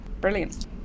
brilliant